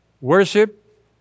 Worship